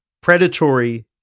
Predatory